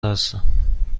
هستم